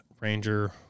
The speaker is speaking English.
ranger